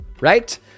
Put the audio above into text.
right